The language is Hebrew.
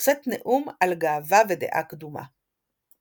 נושאת נאום על גאווה ודעה קדומה.